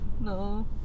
No